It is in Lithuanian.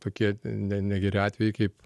tokie ne negeri atvejai kaip